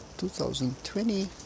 2020